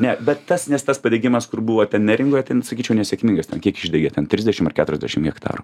ne bet tas nes tas padegimas kur buvo ten neringoje ten sakyčiau nesėkmingas ten kiek išdegė trisdešim ar keturiasdešim hektarų